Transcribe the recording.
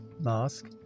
mask